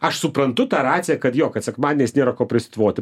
aš suprantu tą raciją kad jo kad sekmadieniais nėra ko prisitvoti